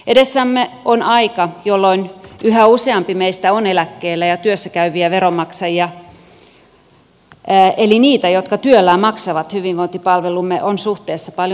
edessämme on aika jolloin yhä useampi meistä on eläkkeellä ja työssä käyviä veronmaksajia eli niitä jotka työllään maksavat hyvinvointipalvelumme on suhteessa paljon vähemmän